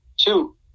Two